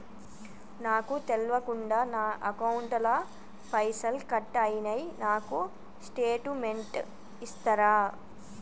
నాకు తెల్వకుండా నా అకౌంట్ ల పైసల్ కట్ అయినై నాకు స్టేటుమెంట్ ఇస్తరా?